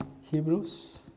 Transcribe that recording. Hebrews